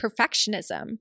perfectionism